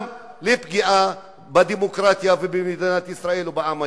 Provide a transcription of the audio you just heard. גם לפגיעה בדמוקרטיה ובמדינת ישראל ובעם היהודי.